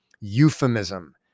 euphemism